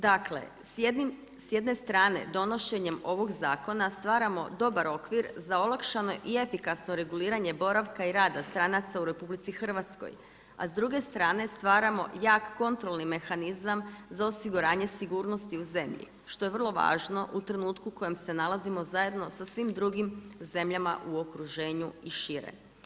Dakle, s jedne strane donošenjem ovog zakona stvaramo dobar okvir za olakšano i efikasno reguliranje boravka i rada stranaca u RH, a s druge strane stvaramo jak kontrolni mehanizam za osiguranje sigurnosti u zemlji što je vrlo važno u trenutku u kojem se nalazimo zajedno sa svim drugim zemljama u okruženju i šire.